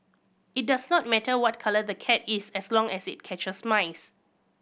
it does not matter what colour the cat is as long as it catches mice